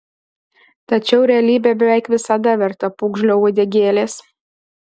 tačiau realybė beveik visada verta pūgžlio uodegėlės